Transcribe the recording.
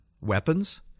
weapons